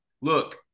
Look